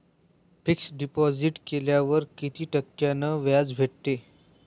Fix deposit केल्यावर कितीक टक्क्यान व्याज भेटते?